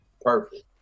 Perfect